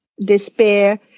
despair